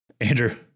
Andrew